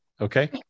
Okay